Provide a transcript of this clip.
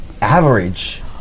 average